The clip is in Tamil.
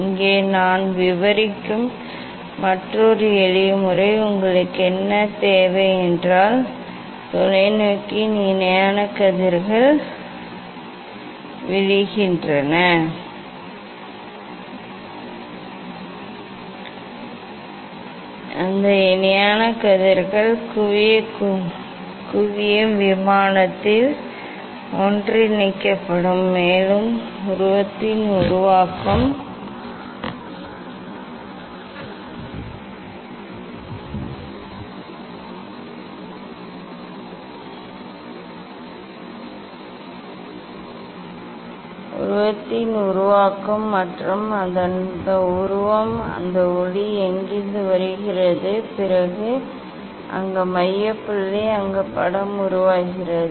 இங்கே நான் விவரிக்கும் மற்றொரு எளிய முறை உங்களுக்கு என்ன தேவை என்றால் தொலைநோக்கியில் இணையான கதிர்கள் விழுகின்றன அந்த இணையான கதிர்கள் குவிய விமானத்தில் ஒன்றிணைக்கப்படும் மேலும் உருவத்தின் உருவாக்கம் மற்றும் அந்த உருவம் என்ன அந்த ஒளி எங்கிருந்து வருகிறது பின்னர் அங்கு மைய புள்ளி அங்கு படம் உருவாகிறது